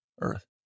earth